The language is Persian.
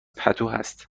پتوهست